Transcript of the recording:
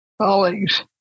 colleagues